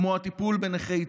כמו הטיפול בנכי צה"ל,